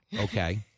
okay